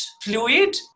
fluid